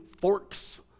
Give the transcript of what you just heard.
forks